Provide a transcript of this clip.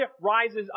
rises